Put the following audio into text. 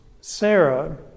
Sarah